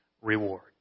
reward